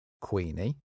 Queenie